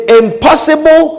impossible